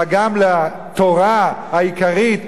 אלא גם לתורה העיקרית,